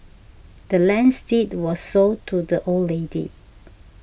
the land's deed was sold to the old lady